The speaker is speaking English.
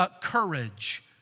courage